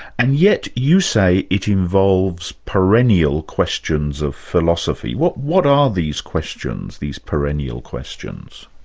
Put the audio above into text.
and yet you say it involves perennial questions of philosophy. what what are these questions, these perennial questions?